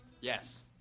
Yes